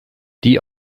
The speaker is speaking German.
die